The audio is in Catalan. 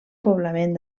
poblament